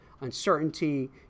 uncertainty